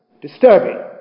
disturbing